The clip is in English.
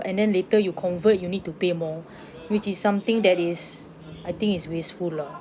and then later you convert you need to pay more which is something that is I think is wasteful lah